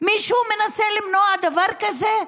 מישהו מנסה למנוע דבר כזה?